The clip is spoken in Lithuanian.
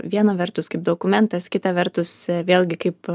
viena vertus kaip dokumentas kita vertus vėlgi kaip